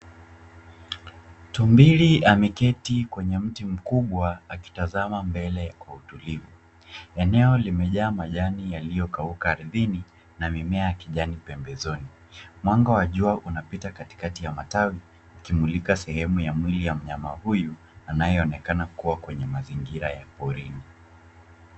Tumbili ameketi kwenye mti mkubwa akitazama mbele kwa utulivu. Eneo limejaa majani yaliyokauka ardhini na mimea ya kijani pembezoni. Mwanga wa jua unapita katikati ya matawi ikimulika sehemu ya mwili ya mnyama huyu anayeonekana kuwa kwenye mazingira ya porini.